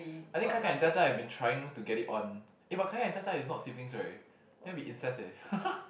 I think kai kai and Jia Jia have been trying to get it on eh but kai kai and Jia Jia is not siblings right that will be incest